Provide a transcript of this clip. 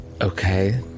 okay